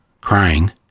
crying